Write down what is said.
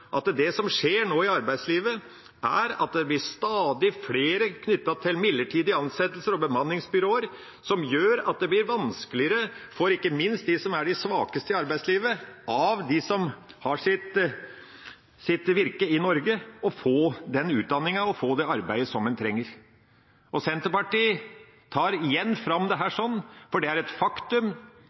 at det som nå skjer i arbeidslivet, er at stadig flere knyttes til midlertidige ansettelser og bemanningsbyråer, som gjør at det blir vanskeligere – ikke minst for de svakeste av dem som har sitt virke i Norge – å få den utdanningen og det arbeidet som man trenger. Senterpartiet tar igjen fram dette, for det er et faktum.